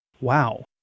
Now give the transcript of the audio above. wow